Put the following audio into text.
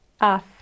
af